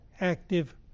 active